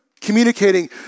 communicating